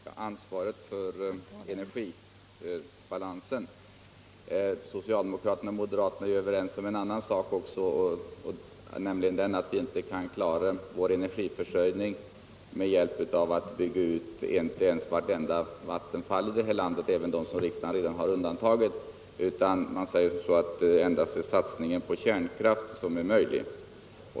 Fru talman! Här har talats om ansvaret för energibalansen. Socialdemokraterna och moderaterna är överens även om denna sak, nämligen att vi inte kan klara vår energiförsörjning ens genom att bygga ut vartenda vattenfall, även dem som riksdagen har undantagit, utan man säger att satsningen på kärnkraft är enda möjligheten.